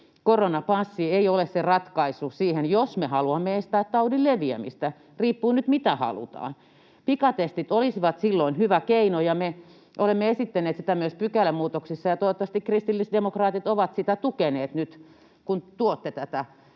koronapassi ei ole se ratkaisu siihen, jos me haluamme estää taudin leviämistä. Riippuu nyt, mitä halutaan. Pikatestit olisivat silloin hyvä keino, ja me olemme esittäneet sitä myös pykälämuutoksissa, ja toivottavasti kristillisdemokraatit ovat sitä tukeneet nyt, kun tuette tätä